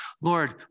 Lord